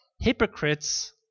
Hypocrites